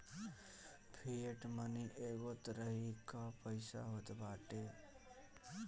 fiat money एगो तरही कअ पईसा होत बाटे